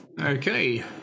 Okay